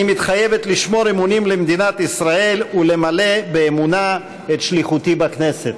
אני מתחייבת לשמור אמונים למדינת ישראל ולמלא באמונה את שליחותי בכנסת.